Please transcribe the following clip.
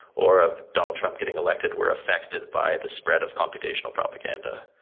or of donald trump getting elected where effected by the spread of computational propaganda.